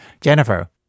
Jennifer